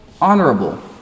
honorable